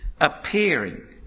appearing